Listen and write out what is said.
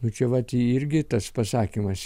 nu čia vat irgi tas pasakymas